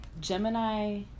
Gemini